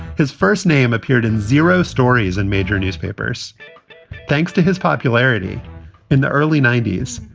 his first name appeared in zero stories in major newspapers thanks to his popularity in the early nineties.